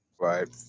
Right